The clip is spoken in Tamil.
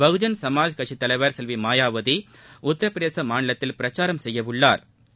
பகுஜன்சமாஜ் கட்சி தலைவர் செல்வி மாயாவதி உத்தரப்பிரதேச மாநிலத்தில் பிரச்சாரம் செய்ய உள்ளாா்